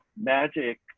Magic